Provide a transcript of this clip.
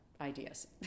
ideas